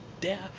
death